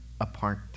apart